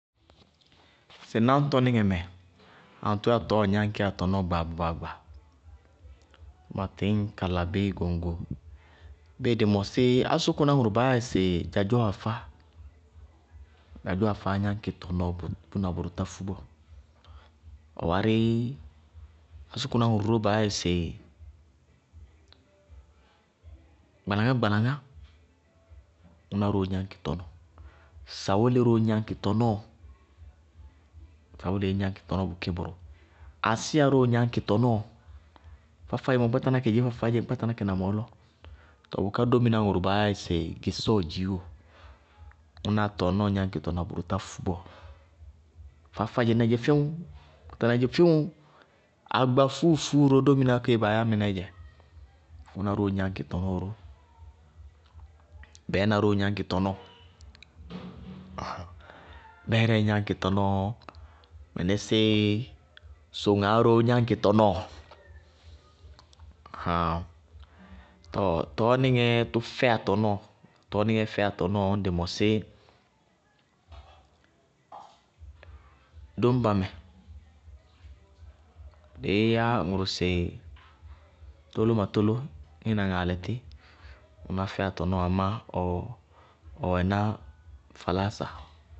Sɩ náŋtɔnɩŋɛ mɛ aŋtʋʋ yáa tɔɔɔ gnáñkɩyá tɔnɔɔ gbaa gbaa gbaa? Ma tɩñ kala bí goŋgo, bíɩ dɩ mɔsí ásʋkʋná ŋʋrʋ baá yáɩ sɩ dzadzɔɔ afá, dzadzɔɔ afáá gañkɩ tɔnɔɔ bʋrʋ tá fú bɔɔ. Ɔ wárɩ ásʋkʋná ŋʋrʋ ró baá yáɩ sɩ gbalaŋá-gbalaŋá, ŋʋná róó gnáñkɩ tɔnɔɔ, sawole róo gnáñkɩ tɔnɔɔ, sawoleé gnáñkɩ tɔnɔɔ bʋkí bʋ róo, asíya róo gnáñkɩ tɔnɔɔ. Faá-faádzémɔ ŋ kpáta ná kɛ dzeé, faá-faádzé ŋ kpáta ná kɛ na mɔɔlɔ, too bʋká dóminá ŋʋrʋ baá yáɩ sɩ gɩsɔɔ dziiwo, ŋʋná tɔnɔɔ gnáñkɩtɔ na bʋrʋ tafú bɔɔ, faá-faádzé ŋñ ná ɩ dzeé fíwŋŋŋ! Kpátá ka dzeé fíwŋŋŋ! Agbafúufúu, agbafúufúu ró, dóminá kéé baá yá mɩnɛɛ dzɛ. ŋʋná róo gnáñkɩ tɔnɔɔ ró. Bɛɛna róó gnáñkɩ tɔnɔɔ. Bɛɛrɛɛ gnáñkɩ tɔnɔɔ, mɩnɩsɩɩ soŋaá róó gnáŋkɩ tɔnɔɔ, hɛɛŋ, tɔɔ tɔɔ nɩŋɛɛ tʋ fɛyá tɔnɔɔ, tɔɔ nɩŋɛɛ fɛyá tɔnɔɔ ñŋ dɩ mɔsí dóñba mɛ, dɩí yá ŋʋrʋ sɩ tólómatóló ŋíína ŋaalɛ tí ŋʋná fɛyá tɔnɔɔ amá ɔ ɔ wɛná faláása.